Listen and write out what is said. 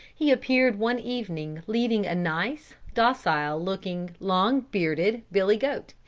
he appeared one evening leading a nice, docile looking, long-bearded billy goat,